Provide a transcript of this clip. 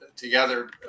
Together